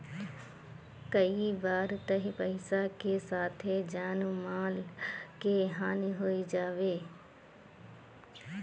कई बार तअ पईसा के साथे जान माल के हानि हो जात हवे